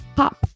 pop